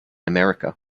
america